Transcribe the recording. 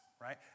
right